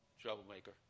troublemaker